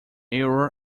error